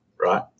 right